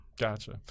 Gotcha